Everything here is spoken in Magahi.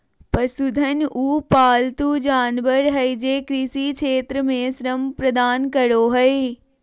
पशुधन उ पालतू जानवर हइ जे कृषि क्षेत्र में श्रम प्रदान करो हइ